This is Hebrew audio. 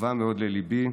שקרובה מאוד לליבי,